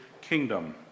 kingdom